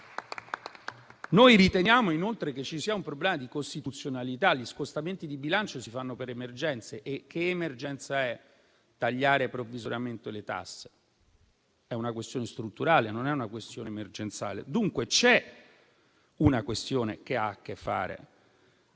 Noi riteniamo inoltre che ci sia un problema di costituzionalità: gli scostamenti di bilancio si fanno per le emergenze. Che emergenza è tagliare provvisoriamente le tasse? È una questione strutturale, non emergenziale. Dunque c'è una questione che ha a che fare